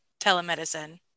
telemedicine